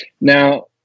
Now